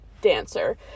dancer